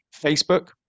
Facebook